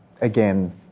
again